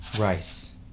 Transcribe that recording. Rice